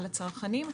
על הצרכנים,